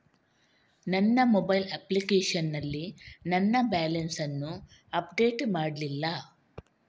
ನನ್ನ mobile application ನಲ್ಲಿ ನನ್ನ ಬ್ಯಾಲೆನ್ಸ್ ಅನ್ನು ಅಪ್ಡೇಟ್ ಮಾಡ್ಲಿಲ್ಲ